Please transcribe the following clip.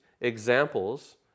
examples